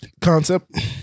concept